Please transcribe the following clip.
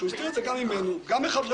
כלומר,